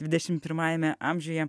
dvidešim pirmajame amžiuje